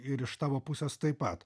ir iš tavo pusės taip pat